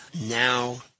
Now